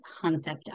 concept